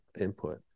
input